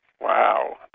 Wow